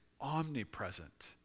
omnipresent